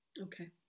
Okay